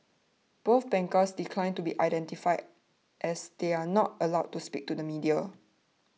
both bankers declined to be identified as they are not allowed to speak to the media